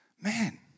Man